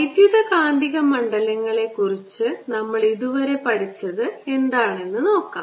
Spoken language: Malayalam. വൈദ്യുത കാന്തിക മണ്ഡലങ്ങളെക്കുറിച്ച് നമ്മൾ ഇതുവരെ പഠിച്ചത് എന്താണെന്ന് നോക്കാം